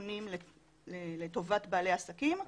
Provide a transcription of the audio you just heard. ותיקונים לטובת בעלי העסקים.